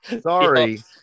Sorry